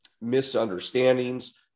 misunderstandings